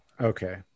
okay